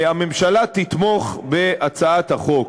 הממשלה תתמוך בהצעת החוק.